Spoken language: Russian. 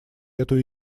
эту